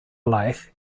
life